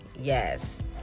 yes